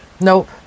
Nope